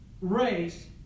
race